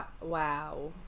Wow